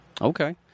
Okay